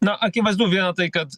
na akivaizdu viena tai kad